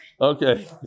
Okay